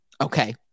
Okay